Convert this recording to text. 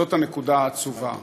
זאת הנקודה העצובה.